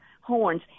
horns